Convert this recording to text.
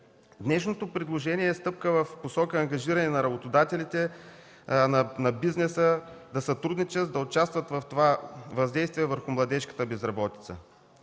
Днешното предложение е стъпка в посока ангажиране на работодателите, на бизнеса да сътрудничат, да участват в това въздействие върху младежката безработица.